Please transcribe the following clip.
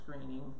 screening